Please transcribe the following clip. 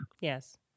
Yes